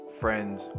friends